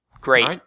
Great